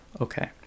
Okay